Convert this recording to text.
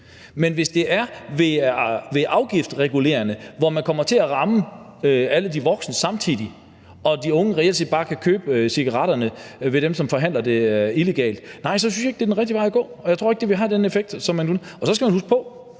Men hvis det er ved det afgiftregulerende, hvor man samtidig kommer til at ramme alle de voksne, og hvor de unge reelt set bare kan købe cigaretterne hos dem, som forhandler dem illegalt, nej, så synes jeg ikke, det er den rigtige vej at gå, og jeg tror ikke,